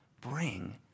bring